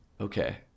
okay